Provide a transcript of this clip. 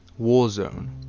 Warzone